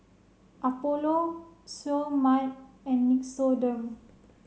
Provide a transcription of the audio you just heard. Apollo Seoul Mart and Nixoderm